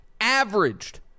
Averaged